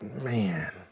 Man